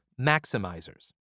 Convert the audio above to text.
maximizers